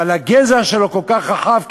אבל הגזע שלו כל כך רחב,